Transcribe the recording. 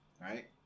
right